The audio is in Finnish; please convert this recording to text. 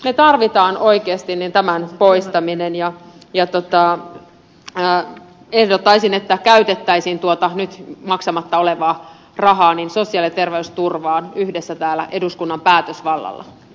me tarvitsemme oikeasti tämän poistamisen ja ehdottaisin että käytettäisiin tuota nyt maksamatta olevaa rahaa sosiaali ja terveysturvaan yhdessä täällä eduskunnan päätösvallalla